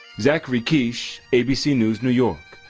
zachary quiche abc news, new york.